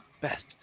best